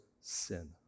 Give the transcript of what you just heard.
sin